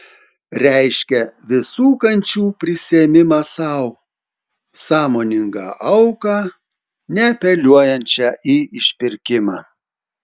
reiškia visų kančių prisiėmimą sau sąmoningą auką neapeliuojančią į išpirkimą